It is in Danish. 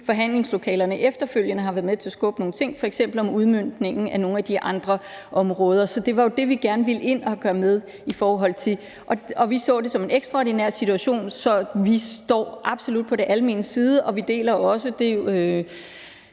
forhandlingslokalerne, efterfølgende har været med til at skubbe på nogle ting, f.eks. om udmøntningen af nogle af de andre områder. Så det var jo det, vi gerne ville ind og gøre, og vi så det som en ekstraordinær situation. Så vi står absolut på det almenes side, og vi deler også det